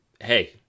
Hey